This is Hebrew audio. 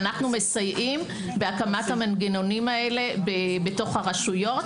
ואנחנו מסייעים בהקמת המנגנונים האלה בתוך הרשויות.